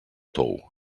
tou